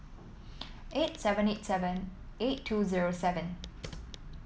eight seven eight seven eight two zero seven